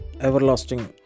everlasting